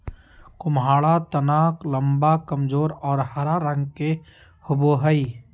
कुम्हाडा तना लम्बा, कमजोर और हरा रंग के होवो हइ